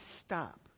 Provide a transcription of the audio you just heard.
stop